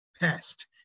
past